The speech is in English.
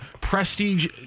prestige